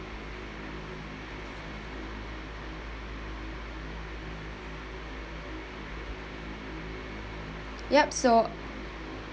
yup so